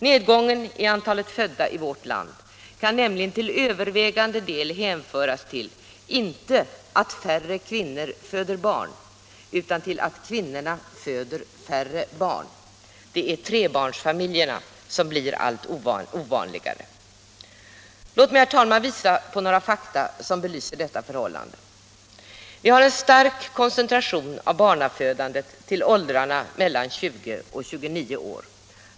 Nedgången i antalet födda i vårt land kan nämligen till övervägande del hänföras inte till att färre kvinnor föder barn utan till att kvinnorna föder färre barn. Det är trebarnsfamiljerna som blir allt ovanligare. Låt mig, herr talman, visa på några fakta som belyser detta förhållande. Vi har en stark koncentration av barnafödandet till åldrarna mellan 20 och 29 år.